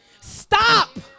Stop